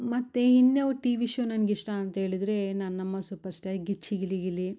ಮತ್ತು ಇನ್ಯಾವ TV show ನನ್ಗ ಇಷ್ಟ ಅಂತೇಳಿದರೆ ನನ್ನಮ್ಮ ಸೂಪರ್ ಸ್ಟಾರ್ ಗಿಚ್ಚಿ ಗಿಲಿ ಗಿಲಿ